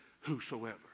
whosoever